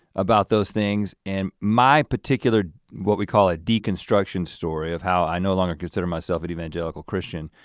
about those things and my particular, what we call a deconstruction story of how i no longer consider myself an evangelical christian.